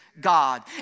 God